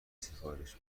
سفارش